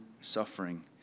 suffering